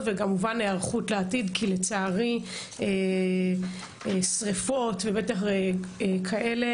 וכמובן היערכות לעתיד כי לצערי שריפות ובטח כאלה,